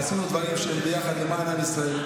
שעשינו דברים ביחד למען עם ישראל.